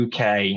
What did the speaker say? UK